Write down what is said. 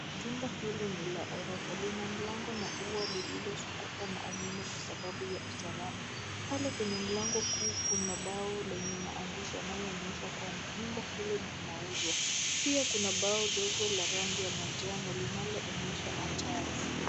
Jumba hili ni la ghorofa, lina mlango na ua lililozungukwa na umeme kwasababu ya usalama. Pale kwenye mlango kuu, kuna bao lenye maandishi yanayoonyesha kwamba, nyumba hili linauzwa. Pia kuna bao dogo la rangi ya manjano linaloonyesha hatari.